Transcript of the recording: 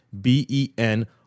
b-e-n